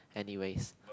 anyways